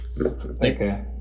okay